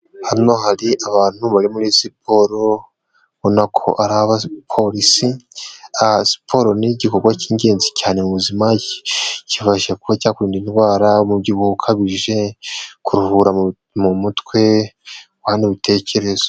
Hano hari abantu bari muri siporo, ubona ko ari abapolisi, siporo ni igikorwa cy'ingenzi cyane mu buzima kibasha kuba cyakurinda indwara, umubyibuho ukabije, kuruhura mu mutwe, haba no mumitekerereze.